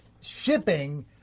shipping